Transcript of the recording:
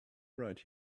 right